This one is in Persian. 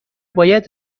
باید